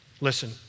Listen